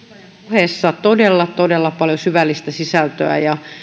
puheessa todella todella paljon syvällistä sisältöä